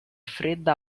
fredda